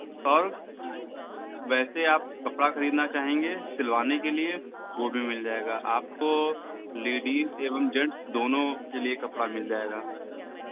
और वैसे आप कपड़ा खरीदना चाहेंगे सिलवाने के लिए वो भी मिल जाएगा आपको लेडीज़ एवम जेन्ट्स दोनों के लिए कपड़ा मिल जाएगा